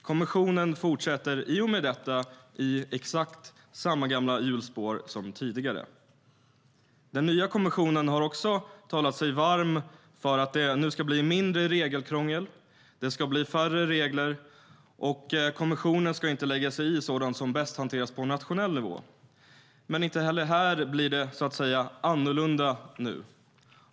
Kommissionen fortsätter i och med detta i exakt samma gamla hjulspår som tidigare. Den nya kommissionen har också talat sig varm för att det nu ska bli mindre regelkrångel, färre regler och att kommissionen inte ska lägga sig i sådant som bäst hanteras på nationell nivå. Inte heller här blir det så att säga "annorlunda" nu.